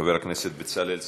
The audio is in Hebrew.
חבר הכנסת בצלאל סמוטריץ,